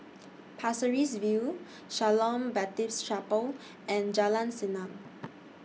Pasir Ris View Shalom Baptist Chapel and Jalan Senang